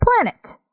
planet